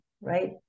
right